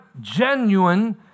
genuine